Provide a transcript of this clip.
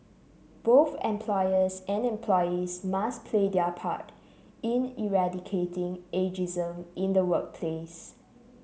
both employers and employees must play their part in eradicating ageism in the workplace